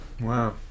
Wow